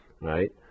right